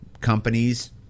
companies